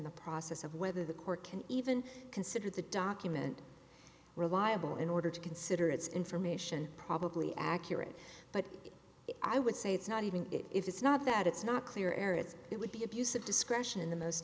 the process of whether the court can even consider the document reliable in order to consider its information probably accurate but i would say it's not even if it's not that it's not clear areas it would be abuse of discretion in the most